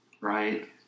right